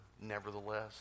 nevertheless